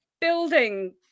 building